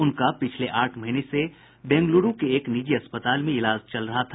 उनका पिछले आठ महीने से बेंगलुरू के एक निजी अस्पताल में इलाज चल रहा था